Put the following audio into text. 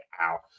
out